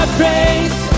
praise